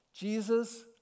Jesus